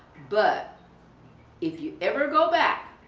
but if you ever go back